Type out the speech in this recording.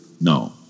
No